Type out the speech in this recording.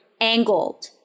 angled